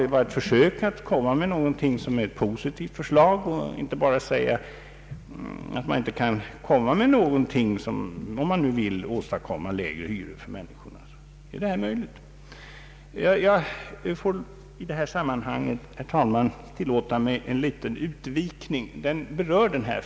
Det var ett försök att lägga fram ett positivt förslag i stället för att bara anföra att ingenting kan göras. Om man vill få till stånd lägre hyror för människorna är det möjligt att begagna denna metod. Herr talman! Jag vill i detta sammanhang tillåta mig att göra en liten utvikning som berör förslaget.